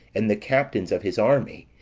and the captains of his army,